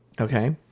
Okay